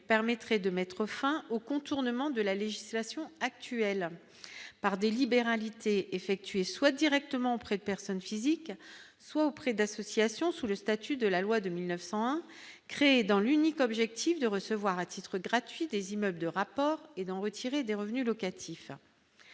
permettrait de mettre fin au contournement de la législation actuelle par des libéralités effectué, soit directement auprès de personnes physiques, soit auprès d'associations sous le statut de la loi de 1900 créée dans l'unique objectif de recevoir à titre gratuit des immeubles de rapport et d'en retirer des revenus locatifs